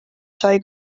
sai